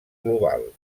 global